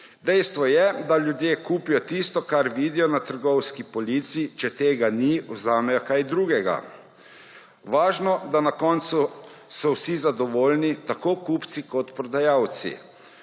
Dejstvo je, da ljudje kupijo tisto, kar vidijo na trgovski polici, če tega ni, vzamejo kaj drugega. Važno, da na koncu so vsi zadovoljni, tako kupci kot prodajalci.